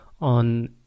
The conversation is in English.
on